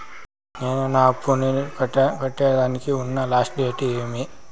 నేను నా అప్పుని కట్టేదానికి ఉన్న లాస్ట్ తేది ఏమి?